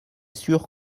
sûr